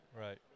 Right